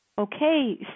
Okay